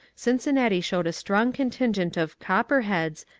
cincinnati showed a strong contingent of copperheads,